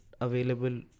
available